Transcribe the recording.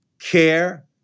care